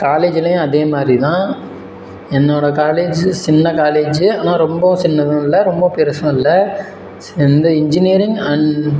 காலேஜிலேயும் அதே மாதிரி தான் என்னோடய காலேஜு சின்ன காலேஜு ஆனால் ரொம்பவும் சின்னதும் இல்லை ரொம்ப பெருசும் இல்லை வந்து இன்ஜினியரிங் அண்ட்